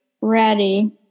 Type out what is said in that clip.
Ready